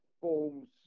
forms